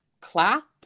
clap